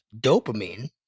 dopamine